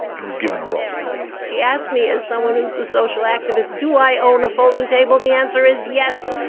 and was given a role she asked me as someone who's a social activist, do i own a folding table? the answer is yes!